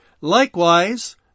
Likewise